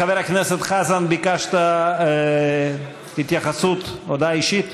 חבר הכנסת חזן, ביקשת הודעה אישית.